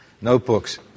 notebooks